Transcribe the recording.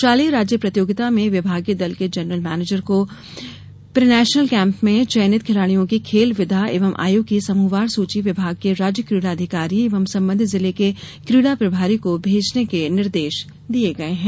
शालेय राज्य प्रतियोगिता में विभागीय दल के जनरल मैनेजर को प्रीनेशनल कैंप में चयनित खिलाडियों की खेल विधा एवं आयु की समूहवार सूची विभाग के राज्य कीडा अधिकारी एवं संबंधित जिले के कीडा प्रभारी को भेजने के निर्देश दिये गये है